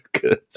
good